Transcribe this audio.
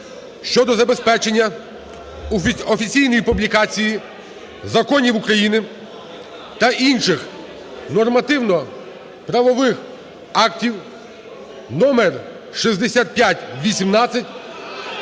щодо забезпечення офіційної публікації законів України та інших нормативно-правових актів (№6518)